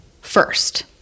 first